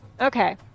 okay